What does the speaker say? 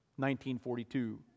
1942